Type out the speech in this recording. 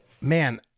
Man